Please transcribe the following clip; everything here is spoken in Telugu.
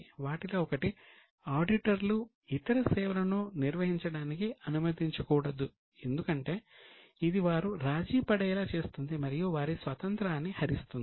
వాటిలో ఒకటి ఆడిటర్లు ఇతర సేవలను నిర్వహించడానికి అనుమతించకూడదు ఎందుకంటే ఇది వారు రాజీ పడేలా చేస్తుంది మరియు వారి స్వాతంత్రాన్ని హరిస్తుంది